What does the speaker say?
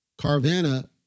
Carvana